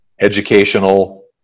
educational